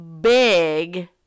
big